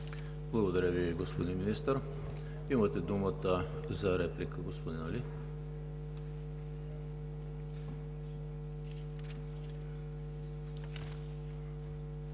Благодаря Ви, господин Министър. Имате думата за реплика, господин Али.